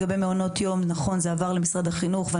נכון שמעונות יום עברו למשרד החינוך.